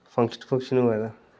function function होऐ तां